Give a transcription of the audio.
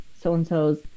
so-and-so's